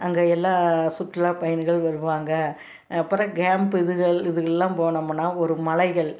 அங்கேயெல்லாம் சுற்றுல்லாப்பயணிகள் வருவாங்க அப்புறோம் கேம்ப்பு இதுகள் இதுகள்லான் போனமுனா ஒரு மலைகள்